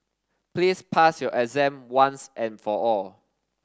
please pass your exam once and for all